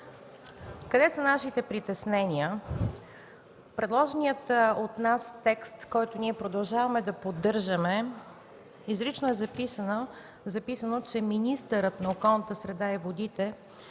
Къде са нашите притеснения? В предложения от нас текст, който продължаваме да поддържаме, изрично е записано, че министърът на околната среда и водите